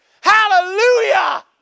Hallelujah